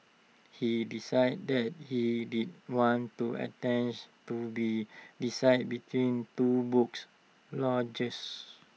he decided that he didn't want to attention to be decided between two books launches